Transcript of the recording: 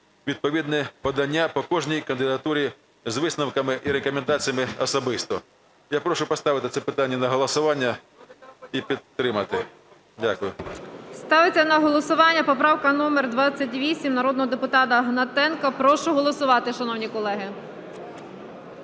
відповідне подання по кожній кандидатурі з висновками і рекомендаціями особисто. Я прошу поставити це питання на голосування і підтримати. Дякую. ГОЛОВУЮЧА. Ставиться на голосування поправка номер 28 народного депутата Гнатенка. Прошу голосувати, шановні колеги.